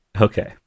Okay